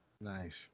Nice